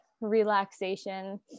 relaxation